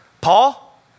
Paul